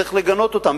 וצריך לגנות אותם.